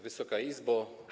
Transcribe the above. Wysoka Izbo!